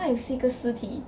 what if 是一个尸体